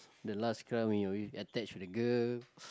the last cry when you are attached with the girl